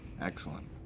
Excellent